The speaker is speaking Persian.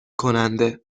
کننده